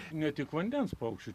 ne tik vandens paukščių